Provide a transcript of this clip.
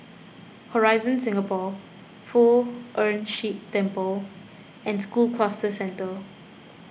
Horizon Singapore Poh Ern Shih Temple and School Cluster Centre